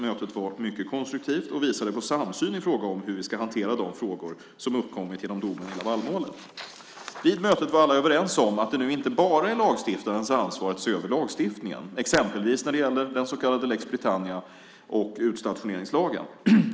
Mötet var mycket konstruktivt och visade på samsyn i fråga om hur vi ska hantera de frågor som uppkommit genom domen i Lavalmålet. Vid mötet var alla överens om att det nu inte bara är lagstiftarens ansvar att se över lagstiftningen, exempelvis när det gäller den så kallade lex Britannia och utstationeringslagen.